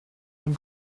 ein